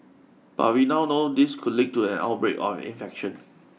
but we now know this could lead to an outbreak of infection